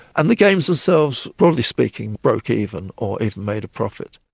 and the games themselves, broadly speaking, broke even, or even made a profit.